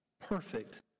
perfect